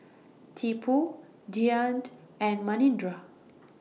Tipu Dhyan and Manindra